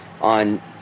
on